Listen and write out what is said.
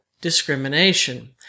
discrimination